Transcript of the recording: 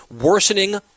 Worsening